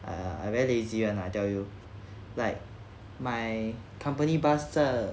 err I very lazy and I tell you like my company bus 的